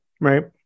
right